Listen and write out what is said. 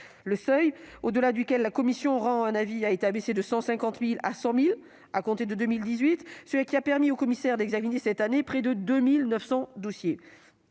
le seuil au-delà duquel la commission rend un avis a été abaissé de 150 000 à 100 000 euros, ce qui a permis aux commissaires d'examiner cette année près de 2 900 dossiers-